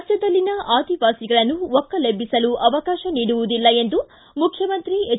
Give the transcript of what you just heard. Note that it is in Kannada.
ರಾಜ್ಯದಲ್ಲಿನ ಆದಿವಾಸಿಗಳನ್ನು ಒಕ್ಕಲೆಬ್ಬಿಸಲು ಅವಕಾಶ ನೀಡುವುದಿಲ್ಲ ಎಂದು ಮುಖ್ಯಮಂತ್ರಿ ಎಚ್